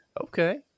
Okay